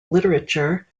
literature